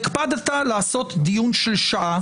הקפדת לעשות דיון של שעה,